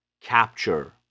capture